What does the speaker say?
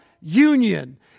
union